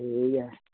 ठीक ऐ